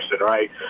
right